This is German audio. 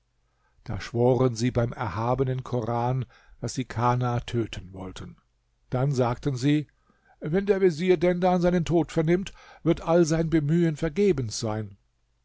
da schworen sie beim erhabenen koran daß sie kana töten wollten dann sagten sie wenn der vezier dendan seinen tod vernimmt wird all sein bemühen vergebens sein